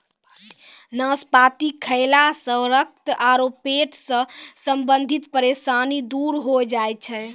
नाशपाती खैला सॅ रक्त आरो पेट सॅ संबंधित परेशानी दूर होय जाय छै